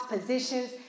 positions